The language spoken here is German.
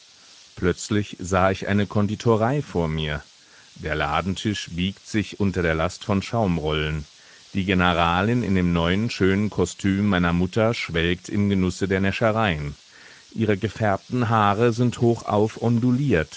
plötzlich sah ich eine konditorei vor mir der ladentisch biegt sich unter der last von schaumrollen die generalin in dem neuen schönen kostüm meiner mutter schwelgt im genusse der näschereien ihre gefärbten haare sind hochauf